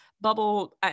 bubble